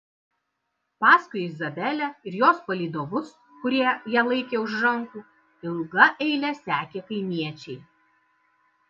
paskui izabelę ir jos palydovus kurie ją laikė už rankų ilga eile sekė kaimiečiai